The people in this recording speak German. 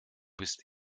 bist